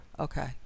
Okay